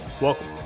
welcome